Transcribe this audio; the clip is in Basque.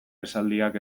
esaldiak